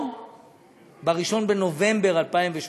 או ב-1 בנובמבר 2018,